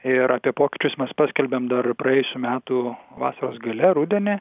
ir apie pokyčius mes paskelbėm dar praėjusių metų vasaros gale rudenį